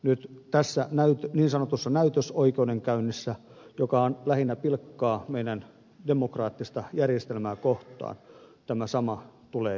nyt tässä niin sanotussa näytösoikeudenkäynnissä joka on lähinnä pilkkaa meidän demokraattista järjestelmää kohtaan tämä sama tulee toistumaan